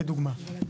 כדוגמא,